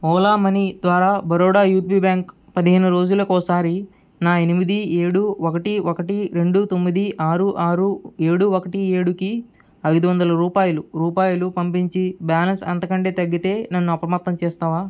Ola money ద్వారా Baroda UP bank పదిహేను రోజులకోసారి నా ఎనిమిది ఏడు ఒకటి ఒకటి రెండు తొమ్మిది ఆరు ఆరు ఏడు ఒకటి ఏడుకి ఐదువందల రూపాయలు రూపాయలు పంపించి బ్యాలన్స్ అంతకంటే తగ్గితే నన్ను అప్రమత్తం చేస్తావా